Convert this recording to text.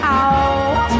out